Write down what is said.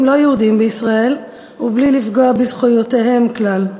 לא-יהודים בישראל ובלי לפגוע בזכויותיהם כלל.